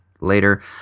later